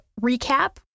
recap